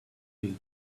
built